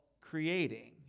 creating